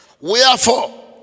Wherefore